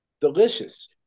delicious